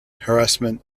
harassment